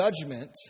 judgment